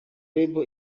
label